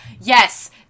yes